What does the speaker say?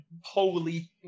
holy